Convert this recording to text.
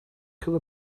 kill